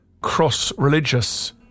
cross-religious